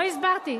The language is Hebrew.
לא הסברתי.